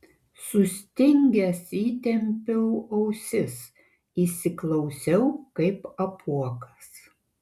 sustingęs įtempiau ausis įsiklausiau kaip apuokas